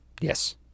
Yes